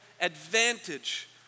advantage